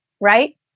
right